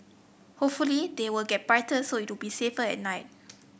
hopefully they will get brighter so it'll be safer at night